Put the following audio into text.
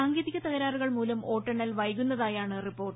സാങ്കേതിക തകരാറുകൾ മൂലം വോട്ടെണ്ണൽ വൈകുന്നതായാണ് റിപ്പോർട്ട്